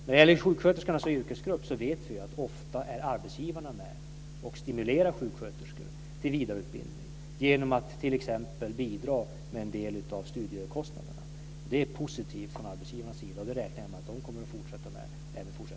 När det gäller sjuksköterskorna som yrkesgrupp så vet vi ju att arbetsgivarna ofta är med och stimulerar sjuksköterskor till vidareutbildning genom att t.ex. bidra med en del av studiekostnaderna. Och det är positivt från arbetsgivarnas sida. Och jag räknar med att de kommer att fortsätta med det.